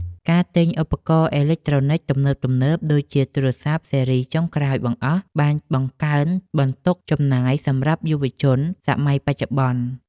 ការទិញឧបករណ៍អេឡិចត្រូនិកទំនើបៗដូចជាទូរស័ព្ទស៊េរីចុងក្រោយបង្អស់បានបង្កើនបន្ទុកចំណាយសម្រាប់យុវជនសម័យបច្ចុប្បន្ន។